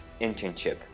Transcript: internship